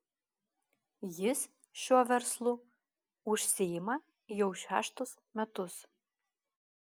jis šiuo verslu užsiima jau šeštus metus